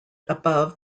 above